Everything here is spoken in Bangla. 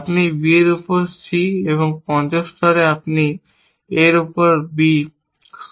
আপনি B এর উপর C এবং পঞ্চম স্তরে আপনি A এর উপর B স্তূপাকার করুন